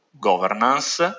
governance